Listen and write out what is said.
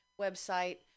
website